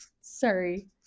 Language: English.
Sorry